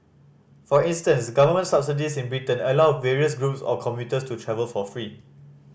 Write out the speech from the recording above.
for instance government subsidies in Britain allow various groups of commuters to travel for free